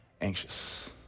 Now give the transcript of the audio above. anxious